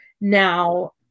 now